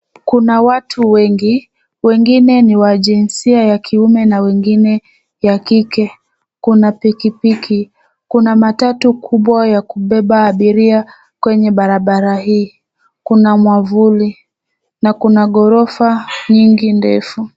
Kuna watu wengi, wengine ni wa jinsia ya kiume na wengine wa kike, kuna pikipiki, kuna matatu kubwa ya kubeba abiria kwenye barabara hii, kuna mwavuli na kuna ghorofa nyingi ndefu.